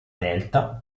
delta